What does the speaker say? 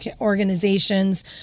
organizations